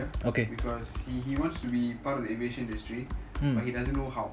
okay mmhmm